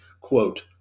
quote